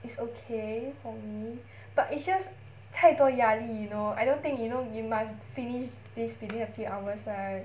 is okay for me but it's just 太多压力 you know I don't think you know you must finish this within a few hours right